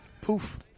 Poof